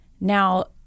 Now